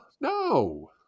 No